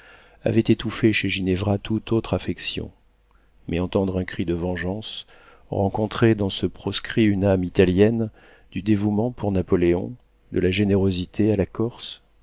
avait étouffé chez ginevra toute autre affection mais entendre un cri de vengeance rencontrer dans ce proscrit une âme italienne du dévouement pour napoléon de la générosité à la corse